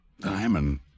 Diamond